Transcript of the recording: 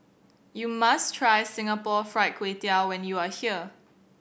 you must try Singapore Fried Kway Tiao when you are here